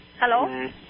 Hello